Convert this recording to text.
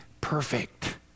perfect